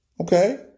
Okay